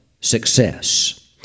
success